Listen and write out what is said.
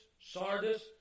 Sardis